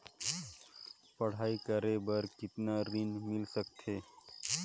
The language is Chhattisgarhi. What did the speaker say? पढ़ाई करे बार कितन ऋण मिल सकथे?